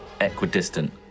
equidistant